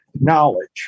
knowledge